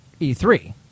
E3